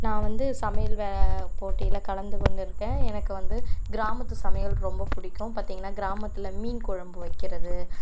நான் வந்து சமையல் வே போட்டியில் கலந்து கொண்டு இருக்கேன் எனக்கு வந்து கிராமத்து சமையல் ரொம்ப பிடிக்கும் பார்த்திங்கன்னா கிராமத்தில் மீன் குழம்பு வைக்கறது